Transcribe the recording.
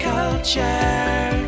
Culture